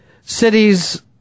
cities